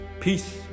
Peace